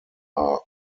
are